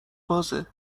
بازه